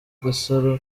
gasore